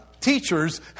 teachers